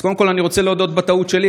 אז קודם כול, אני רוצה להודות בטעות שלי.